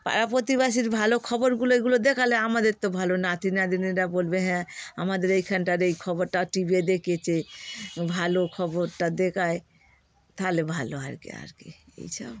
পাড়া প্রতিবেশীর ভালো খবরগুলো এগুলো দেখালে আমাদের তো ভালো নাতি নাতনিরা বলবে হ্যাঁ আমাদের এইখানটার এই খবরটা টি ভিতে দেখিয়েছে ভালো খবরটা দেখায় তাহলে ভালো আর কি আর কি এইসব